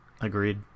Agreed